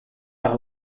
par